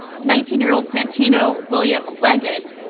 nineteen year old santino william legan,